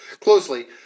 closely